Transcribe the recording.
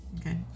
Okay